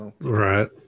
Right